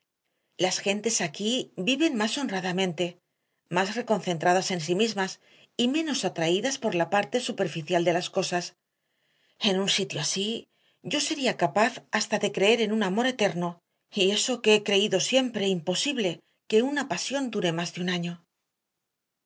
las gentes aquí viven más honradamente más reconcentradas en sí mismas y menos atraídas por la parte superficial de las cosas en un sitio así yo sería capaz hasta de creer en un amor eterno y eso que he creído siempre imposible que una pasión dure más de un año